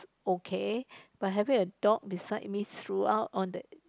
okay but having a dog beside me throughout on the